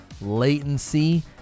latency